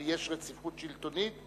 ויש רציפות שלטונית,